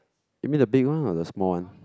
you mean the big one or the small one